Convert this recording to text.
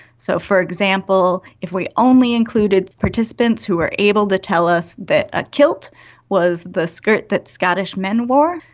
so, for example, if we only included participants who were able to tell us that a kilt was the skirt that scottish men wore,